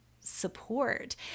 support